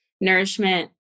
nourishment